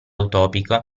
utopica